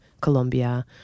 Colombia